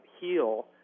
heal